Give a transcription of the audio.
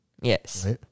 Yes